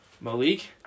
Malik